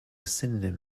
synonym